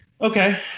Okay